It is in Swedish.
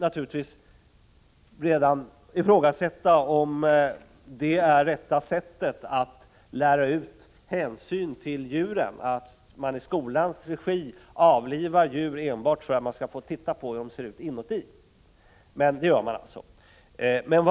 Naturligtvis kan man ifrågasätta om detta är det rätta sättet att lära ut hänsyn till djuren — att i skolans regi avliva djur enbart för att man skall få se hur de ser ut inuti. Men så här gör man alltså.